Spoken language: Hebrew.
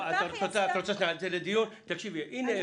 דוגמה.